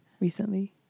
recently